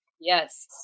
Yes